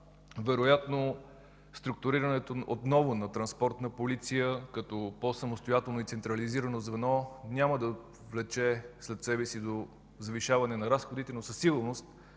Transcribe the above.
вероятно структурирането отново на „Транспортна полиция” като по-самостоятелно и централизирано звено няма да влече със себе си завишаване на разходите, но със сигурност